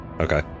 Okay